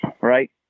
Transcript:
Right